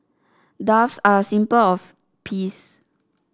doves are a symbol of peace